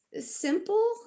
simple